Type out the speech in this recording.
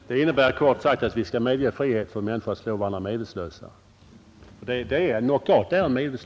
Herr talman! Det innebär kort sagt att vi skall medge frihet för människor att slå varandra medvetslösa — ty knockout betyder medvets